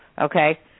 okay